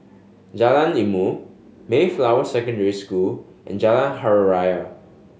Jalan Ilmu Mayflower Secondary School and Jalan Hari Raya